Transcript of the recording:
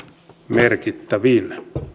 merkittävin